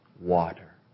water